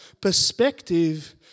Perspective